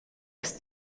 als